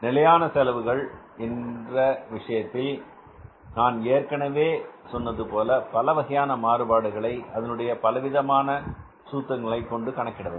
நிலையான செலவுகள் என்ற விஷயத்தில் நான் ஏற்கனவே சொன்னது போல பலவகையான மாறுபாடுகளை அதனுடைய பலவிதமான சூத்திரங்களைக் கொண்டு கணக்கிட வேண்டும்